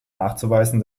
nachzuweisen